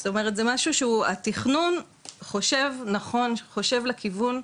זאת אומרת, התכנון חושב נכון, חושב לתכנון,